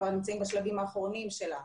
היא כבר נמצאים בשלבים האחרונים שלה,